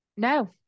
No